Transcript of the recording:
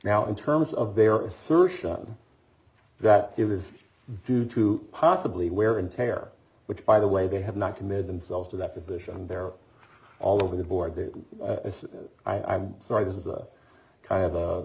now in terms of their assertion that it was due to possibly wear and tear which by the way they have not committed themselves to that position and they're all over the board i'm sorry this is a kind of